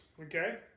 okay